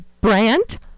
Brant